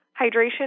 Hydration